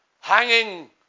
hanging